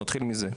נתחיל מזה,